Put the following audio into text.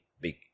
big